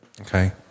Okay